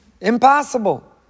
Impossible